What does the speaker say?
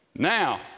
Now